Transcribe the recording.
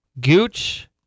Gooch